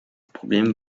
probleme